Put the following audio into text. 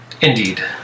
Indeed